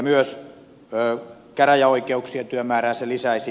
myös käräjäoikeuksien työmäärää se lisäisi